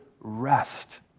rest